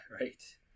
right